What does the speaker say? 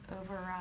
override